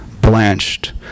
blanched